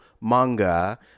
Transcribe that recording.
manga